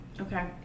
Okay